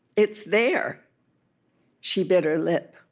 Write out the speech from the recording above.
it's there she bit her lip.